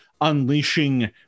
unleashing